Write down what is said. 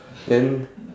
then